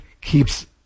keeps